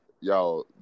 yo